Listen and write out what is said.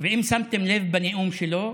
ואם שמתם לב לנאום שלו,